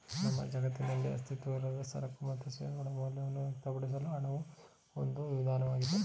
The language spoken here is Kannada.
ನಮ್ಮ ಜಗತ್ತಿನಲ್ಲಿ ಅಸ್ತಿತ್ವದಲ್ಲಿರುವ ಸರಕು ಮತ್ತು ಸೇವೆಗಳ ಮೌಲ್ಯವನ್ನ ವ್ಯಕ್ತಪಡಿಸಲು ಹಣವು ಒಂದು ವಿಧಾನವಾಗಿದೆ